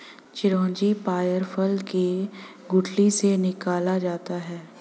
चिरौंजी पयार फल के गुठली से निकाला जाता है